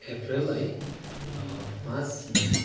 अप्रेल है पाँच मे